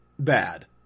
Bad